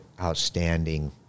outstanding